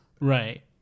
Right